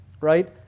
right